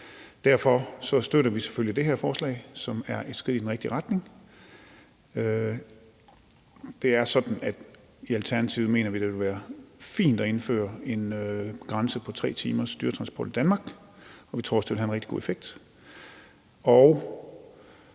Derfor støtter vi selvfølgelig det her forslag, som er et skridt i den rigtige retning. Det er sådan, at vi i Alternativet mener, at det ville være fint at indføre en grænse på 3 timers dyretransport i Danmark, og vi tror også, at det ville have en rigtig god effekt.